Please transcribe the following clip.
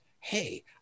hey